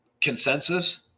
consensus